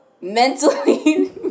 mentally